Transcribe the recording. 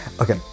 okay